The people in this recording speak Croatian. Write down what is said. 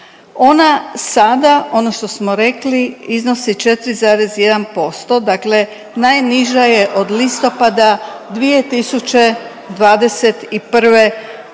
Ona sada ono što smo rekli iznosi 4,1%, dakle najniža je od listopada 2021. godine.